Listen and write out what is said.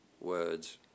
words